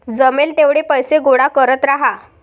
जमेल तेवढे पैसे गोळा करत राहा